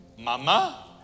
Mama